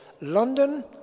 London